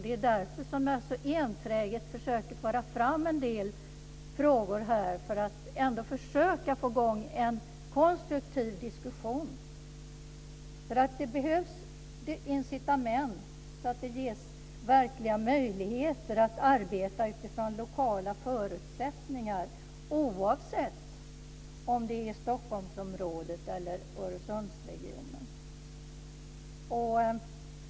Det är därför som jag så enträget försöker föra fram en del frågor här, för att ändå försöka få i gång en konstruktiv diskussion. För det behövs incitament, så att det ges verkliga möjligheter att arbeta utifrån lokala förutsättningar oavsett om det är Stockholmsområdet eller Öresundsregionen.